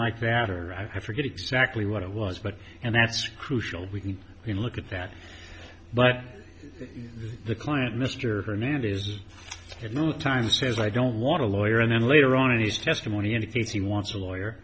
like that or i forget exactly what it was but and that's crucial we can look at that but the client mr hernandez has no time says i don't want a lawyer and then later on in his testimony indicates he wants a lawyer